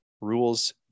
rules